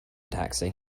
taxi